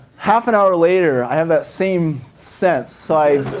half an hour later, i have that same sense, so